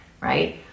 right